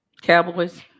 Cowboys